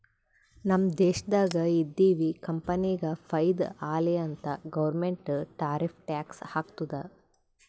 ನಮ್ ದೇಶ್ದಾಗ್ ಇದ್ದಿವ್ ಕಂಪನಿಗ ಫೈದಾ ಆಲಿ ಅಂತ್ ಗೌರ್ಮೆಂಟ್ ಟಾರಿಫ್ ಟ್ಯಾಕ್ಸ್ ಹಾಕ್ತುದ್